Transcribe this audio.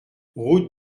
route